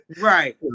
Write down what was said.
Right